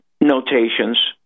notations